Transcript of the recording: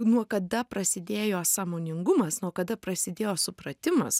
nuo kada prasidėjo sąmoningumas nuo kada prasidėjo supratimas